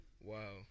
Wow